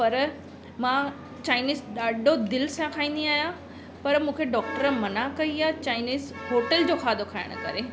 पर मां चाइनीज़ ॾाढो दिलि सां खाईंदी आहियां पर मूंखे डॉक्टर मना कई आहे चाइनीज़ होटल जो खाधो खाइण करे